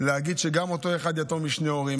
להגיד שגם אותו אחד יתום משני הורים,